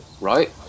right